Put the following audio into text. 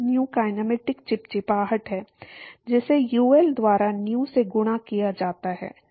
new kinematic चिपचिपाहट है जिसे यूएल द्वारा न्यू से गुणा किया जाता है